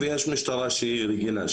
ויש משטרה שהיא רגילה,